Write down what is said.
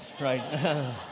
Right